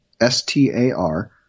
S-T-A-R